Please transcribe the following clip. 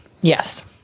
yes